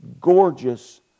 gorgeous